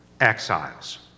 exiles